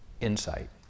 insight